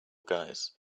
guys